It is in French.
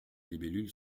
libellule